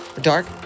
Dark